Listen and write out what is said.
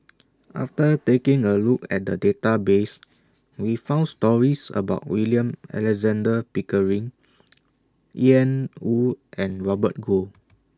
after taking A Look At The Database We found stories about William Alexander Pickering Ian Woo and Robert Goh